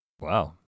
Wow